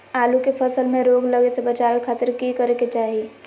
आलू के फसल में रोग लगे से बचावे खातिर की करे के चाही?